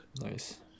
nice